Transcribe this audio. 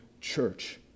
church